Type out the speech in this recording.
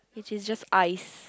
which is just ice